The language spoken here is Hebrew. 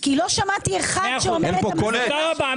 כי לא שמעתי אחד- -- תודה רבה.